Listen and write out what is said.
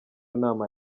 nama